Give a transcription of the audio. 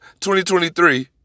2023